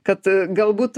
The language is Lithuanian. kad galbūt